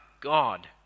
God